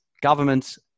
governments